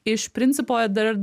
iš principo dar